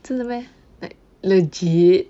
真的 meh like legit